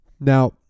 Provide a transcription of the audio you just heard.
Now